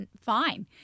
fine